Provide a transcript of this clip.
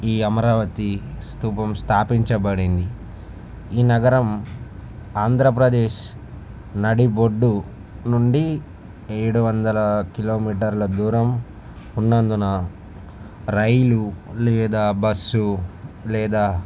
ఈ అమరావతి స్థూపం స్థాపించబడింది ఈ నగరం ఆంధ్రప్రదేశ్ నడిబొడ్డు నుండి ఏడు వందల కిలోమీటర్ల దూరం ఉన్నందున రైలు లేదా బస్సు లేదా